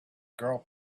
girl